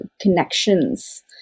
connections